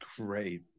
great